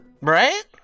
Right